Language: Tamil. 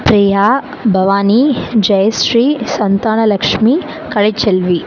பிரியா பவானி ஜெயஸ்ரீ சந்தானலெக்ஷ்மி கலைச்செல்வி